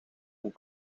een